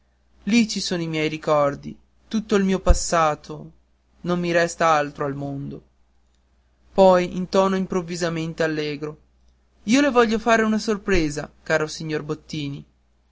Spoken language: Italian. lì ci sono i miei ricordi tutto il mio passato non mi resta altro al mondo poi in tono improvvisamente allegro io le voglio fare una sorpresa caro signor bottini